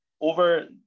over